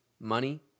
money